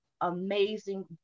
amazing